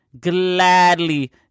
gladly